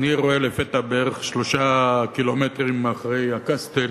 אני רואה לפתע, בערך 3 קילומטרים אחרי הקסטל